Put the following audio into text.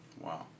Wow